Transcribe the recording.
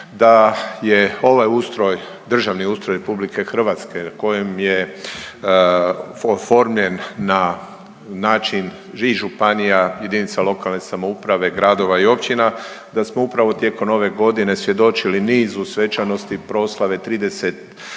da je ovaj ustroj, državni ustroj RH kojim je oformljen na način i županija, jedinica lokalne samouprave, gradova i općina da smo upravo tijekom ove godine svjedočili nizu svečanosti i proslave 30